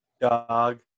Dog